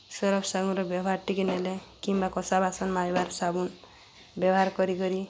Surf ସାଗୁନ୍ରେ ବ୍ୟବହାର୍ ଟିକେ ନେଲେ କିମ୍ବା କଂସା ବାସନ୍ ମାଜ୍ବାର୍ ସାବୁନ୍ ବ୍ୟବହାର୍ କରିକରି